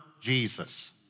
Jesus